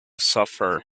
suffer